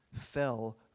fell